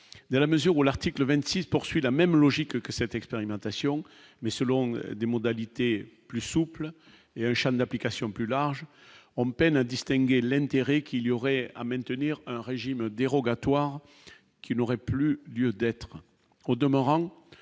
dans la mesure où l'article 26, poursuit la même logique que cette expérimentation, mais selon des modalités plus souple et j'en application plus large, on peine à distinguer l'intérêt qu'il y aurait à maintenir un régime dérogatoire qui n'auraient plus lieu d'être,